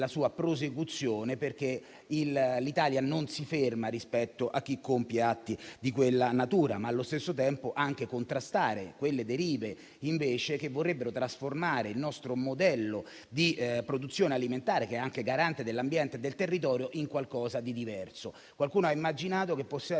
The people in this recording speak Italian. sua prosecuzione, perché l'Italia non si ferma rispetto a chi compie atti di quella natura. Allo stesso tempo occorre contrastare quelle derive che vorrebbero trasformare il nostro modello di produzione alimentare, che è anche garante dell'ambiente e del territorio, in qualcosa di diverso. Qualcuno ha immaginato che potessimo